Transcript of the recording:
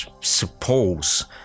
suppose